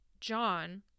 John